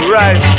right